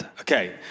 Okay